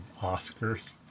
Oscars